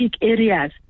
areas